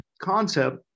concept